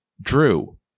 Drew